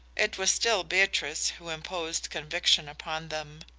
it was still beatrice who imposed conviction upon them.